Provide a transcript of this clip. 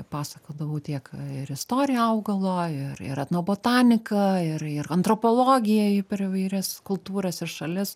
pasakodavau tiek ir istoriją augalo ir ir etnobotaniką ir ir antropologiją per įvairias kultūras ir šalis